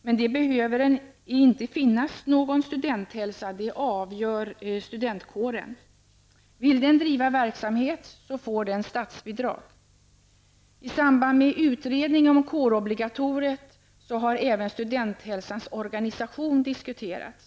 Men det behöver inte finnas någon Studenthälsa -- det avgör studentkåren. Vill den driva verksamhet får den statsbidrag. I samband med utredningen om kårobligatoriet har även Studenthälsans organisation diskuterats.